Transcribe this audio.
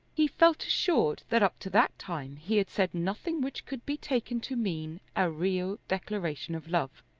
he felt assured that up to that time he had said nothing which could be taken to mean a real declaration of love.